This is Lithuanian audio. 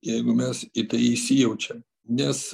jeigu mes į tai įsijaučiam nes